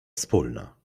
wspólna